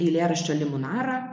eilėraščio limunara